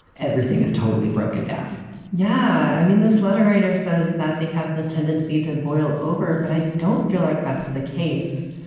everything is totally broken down yeah. i mean, this letter writer says that they have the tendency to boil over. but i don't feel like that's the case.